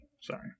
Sorry